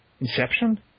Inception